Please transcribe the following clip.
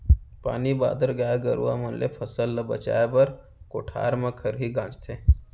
पानी बादर, गाय गरूवा मन ले फसल ल बचाए बर कोठार म खरही गांजथें